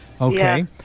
okay